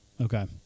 Okay